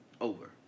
over